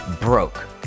broke